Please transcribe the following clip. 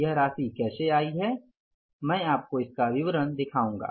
यह राशि कैसे आयी है मैं आपको विवरण दिखाऊंगा